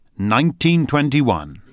1921